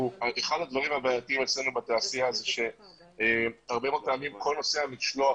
אחד הדברים הבעייתיים אצלנו בתעשייה זה שהרבה מאוד פעמים כל נושא המשלוח